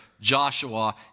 Joshua